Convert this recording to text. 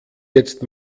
jetzt